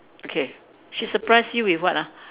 okay she surprise you with what ah